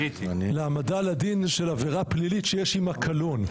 להעמדה לדין של עבירה פלילית שיש עמה קלון.